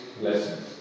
lessons